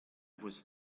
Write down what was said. was